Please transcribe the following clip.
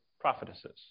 prophetesses